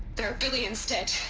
there are billions dead.